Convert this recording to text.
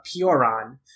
Pioran